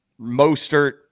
Mostert